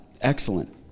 Excellent